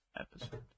Episode